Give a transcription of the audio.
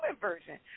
version